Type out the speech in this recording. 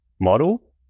model